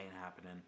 happening